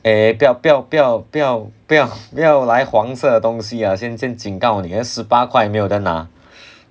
eh 不要不要不要不要不要不要来黄色的东西 ah 先先警告你等一下十八块没有的拿